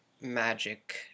magic